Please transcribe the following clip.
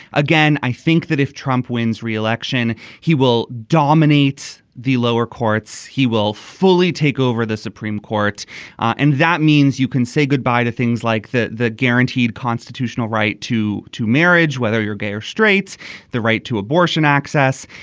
again i think that if trump wins re-election he will dominate the lower courts. he will fully take over the supreme court and that means you can say goodbye to things like the the guaranteed constitutional right to to marriage whether you're gay or straights the right to abortion access.